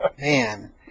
Man